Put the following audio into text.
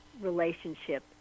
relationship